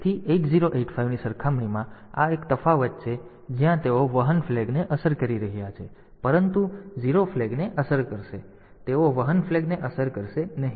તેથી 8085 ની સરખામણીમાં આ એક તફાવત છે જ્યાં તેઓ વહન ફ્લેગને અસર કરી રહ્યા હતા પરંતુ તેઓ 0 ફ્લેગને અસર કરશે પરંતુ તેઓ વહન ફ્લેગને અસર કરશે નહીં